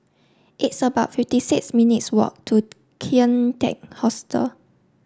it's about fifty six minutes walk to Kian Teck Hostel